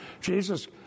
Jesus